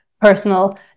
personal